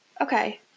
Okay